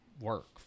work